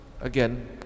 again